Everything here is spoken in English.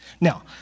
Now